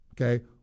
okay